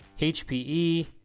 HPE